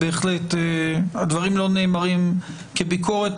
הדברים לא נאמרים כביקורת,